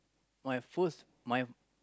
my first my